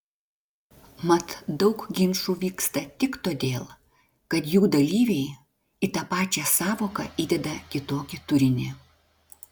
mat daug ginčų vyksta tik todėl kad jų dalyviai į tą pačią sąvoką įdeda kitokį turinį